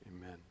Amen